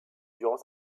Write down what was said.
durant